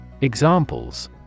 Examples